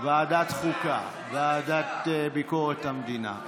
ועדת חוקה, ועדת ביקורת המדינה.